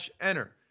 enter